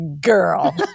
girl